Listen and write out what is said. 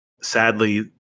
sadly